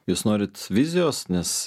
jūs norit vizijos nes